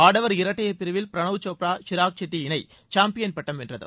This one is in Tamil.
ஆடவர் இரட்டையர் பிரிவில் பிரனவ் சோப்ரா ஷிராக் செட்டி இணை சாம்பியன் பட்டம் வென்றது